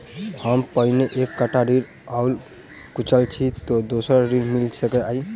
हम पहिने एक टा ऋण लअ चुकल छी तऽ दोसर ऋण मिल सकैत अई?